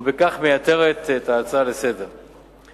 ובכך מייתרת את ההצעה לסדר-היום.